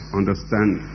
understand